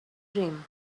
dream